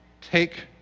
take